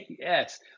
yes